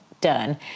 done